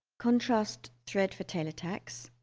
contrast thread for tailor tacks